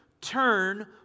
turn